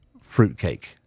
Fruitcake